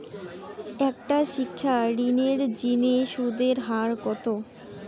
একটা শিক্ষা ঋণের জিনে সুদের হার কত?